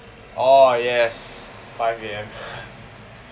orh yes five A_M